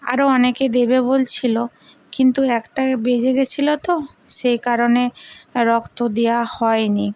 আরও অনেকে দেবে বলছিলো কিন্তু একটা বেজে গেছিলো তো সেই কারণে রক্ত দেয়া হয় নি